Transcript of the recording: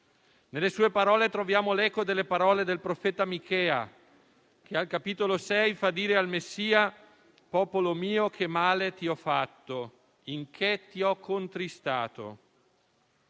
Nelle sue parole troviamo l'eco delle parole del profeta Michea, che al capitolo 6 fa dire al Messia: «Popolo mio che male ti ho fatto? In che t'ho contristato?».